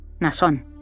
Nason